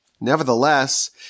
Nevertheless